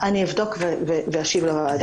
אני אבדוק ואשיב לוועדה.